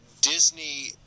disney